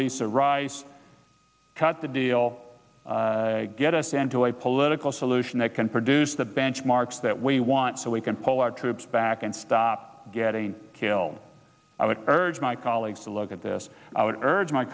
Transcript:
to rise cut the deal get us enjoy a political solution that can produce the benchmarks that we want so we can pull our troops back and stop getting killed i would urge my colleagues to look at this i would urge my